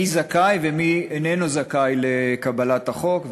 מי זכאי ומי איננו זכאי לקבלת החוק.